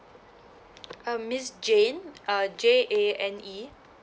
um miss jane uh J A N E